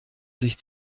sich